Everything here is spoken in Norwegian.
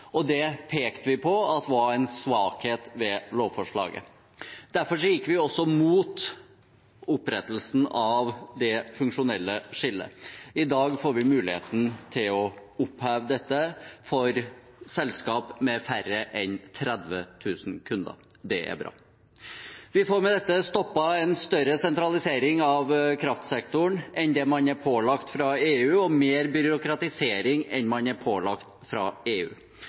og derfor gikk vi mot opprettelsen av det funksjonelle skillet. I dag får vi muligheten til å oppheve dette for selskaper med færre enn 30 000 kunder. Det er bra. Vi får med dette stoppet en større sentralisering av kraftsektoren enn det man er pålagt fra EU, og mer byråkratisering enn det man er pålagt fra EU.